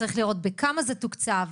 צריך לראות בכמה זה תוקצב,